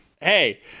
hey